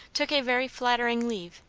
took a very flattering leave,